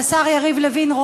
ולשר יריב לוין,